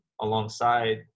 alongside